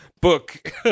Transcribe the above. book